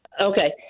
Okay